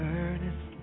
earnest